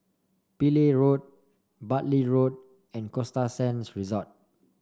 Pillai Road Bartley Road and Costa Sands Resort